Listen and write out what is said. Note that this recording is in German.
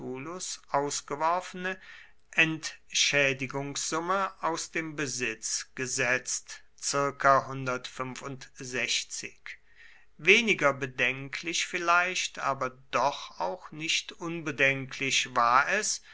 ausgeworfene entschädigungssumme aus dem besitz gesetzt weniger bedenklich vielleicht aber doch auch nicht unbedenklich war es